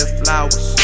flowers